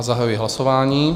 Zahajuji hlasování.